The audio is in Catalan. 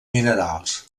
minerals